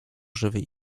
żywej